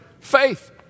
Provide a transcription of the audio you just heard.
Faith